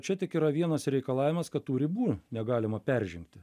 čia tik yra vienas reikalavimas kad tų ribų negalima peržengti